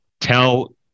tell